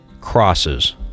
crosses